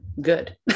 good